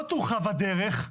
לא תורחב הדרך,